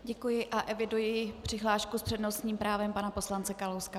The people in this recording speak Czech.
Děkuji a eviduji přihlášku s přednostním právem pana poslance Kalouska.